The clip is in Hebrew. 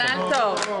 מזל טוב.